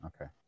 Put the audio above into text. okay